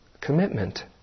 commitment